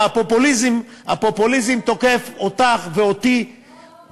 הפופוליזם תוקף אותך ואותי,